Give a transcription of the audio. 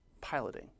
piloting